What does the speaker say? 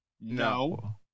No